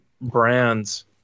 brands